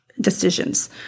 decisions